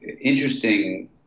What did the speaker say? interesting